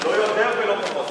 לא יותר ולא פחות.